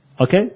Okay